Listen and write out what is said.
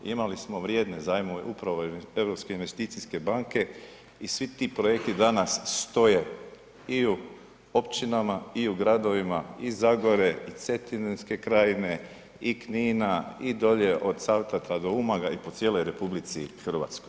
Imali smo vrijedne zajmove upravo Europske investicijske banke i svi ti projekti danas stoje i u općinama i u gradovima i Zagore i Cetinske krajine i Knina i dolje od Cavtata do Umaga i po cijeloj RH.